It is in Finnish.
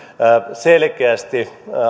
selkeästi